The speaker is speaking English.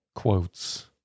Quotes